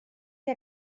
que